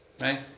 right